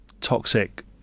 toxic